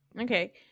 okay